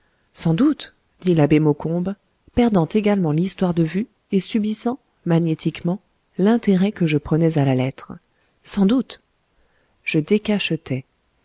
sans doute dit l'abbé maucombe perdant également l'histoire de vue et subissant magnétiquement l'intérêt que je prenais à la lettre sans doute je décachetai